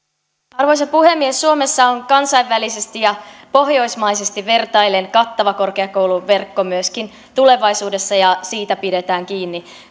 arvoisa puhemies suomessa on kansainvälisesti ja pohjoismaisesti vertaillen kattava korkeakouluverkko myöskin tulevaisuudessa ja siitä pidetään kiinni